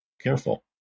careful